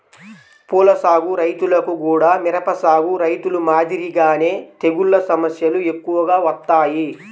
పూల సాగు రైతులకు గూడా మిరప సాగు రైతులు మాదిరిగానే తెగుల్ల సమస్యలు ఎక్కువగా వత్తాయి